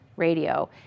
radio